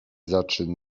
zaczy